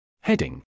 Heading